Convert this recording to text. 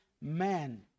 man